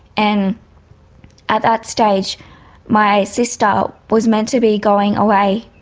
and at that stage my sister was meant to be going away